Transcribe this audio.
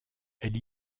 elle